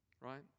Right